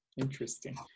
interesting